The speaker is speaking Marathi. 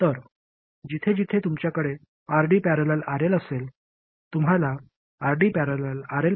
तर जिथे जिथे तुमच्याकडे RD ।। RL असेल तुम्हाला RD ।। RL ।। rds मिळेल